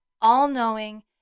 all-knowing